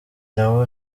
nawe